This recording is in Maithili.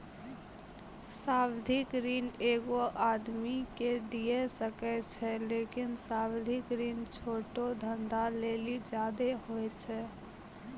सावधिक ऋण एगो आदमी के दिये सकै छै लेकिन सावधिक ऋण छोटो धंधा लेली ज्यादे होय छै